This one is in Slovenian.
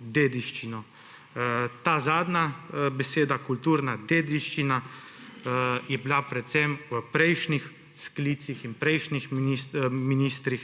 dediščino. Ta zadnja beseda, kulturna dediščina, je bila predvsem v prejšnjih sklicih in pri prejšnjih ministrih